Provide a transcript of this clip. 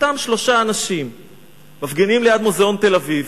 אותם שלושה אנשים מפגינים ליד מוזיאון תל-אביב,